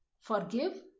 forgive